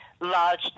large